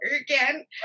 again